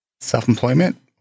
self-employment